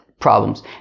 problems